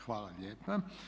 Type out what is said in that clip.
Hvala lijepa.